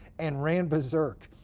and ran berserk.